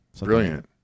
Brilliant